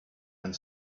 and